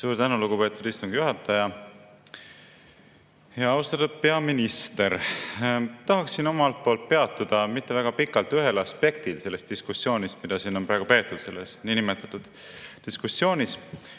Suur tänu, lugupeetud istungi juhataja! Austatud peaminister! Tahaksin omalt poolt peatuda mitte väga pikalt ühel aspektil selles diskussioonis, mida siin on praegu peetud – selles niinimetatud diskussioonis